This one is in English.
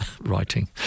writing